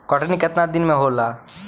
कटनी केतना दिन में होला?